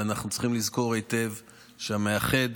אנחנו צריכים לזכור היטב שהמאחד